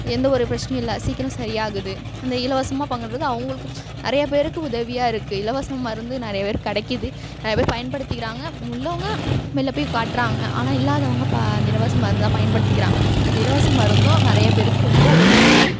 எந்த ஒரு பிரச்சனையும் இல்லை சீக்கிரம் சரி ஆகுது அந்த இலவசமாக பண்றது அவங்களுக்கு நிறையா பேருக்கு உதவியாக இருக்குது இலவச மருந்து நிறைய பேருக்கு கிடைக்குது நிறைய பேர் பயன்படுத்திக்கிறாங்க உள்ளவங்க வெளில போய் காட்டுறாங்க ஆனால் இல்லாதவங்க ப அந்த இலவச மருந்தை தான் பயன்படுத்திக்கிறாங்க அந்த இலவச மருந்தும் நிறைய பேருக்கு ரொம்ப உதவி செய்யுது